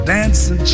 Dancing